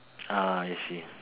ah I see